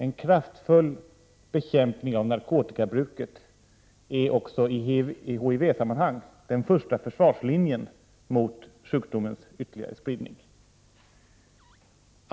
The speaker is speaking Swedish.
En kraftfull bekämpning av narkotikabruket är också i HIV-sammanhang den första försvarslinjen mot sjukdomens ytterligare spridning.